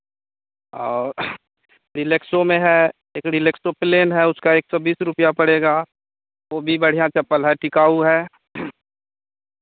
और रिलेक्सो में है एक रिलेक्सो प्लैन है उसका एक सौ बीस रुपैया पड़ेगा वो भी बढ़ियाँ चप्पल है टिकाऊ है